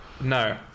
no